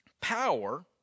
power